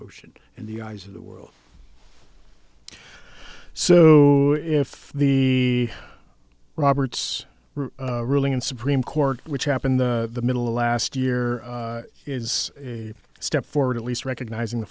ocean in the eyes of the world so if the roberts ruling in supreme court which happened the middle of last year is a step forward at least recognizing the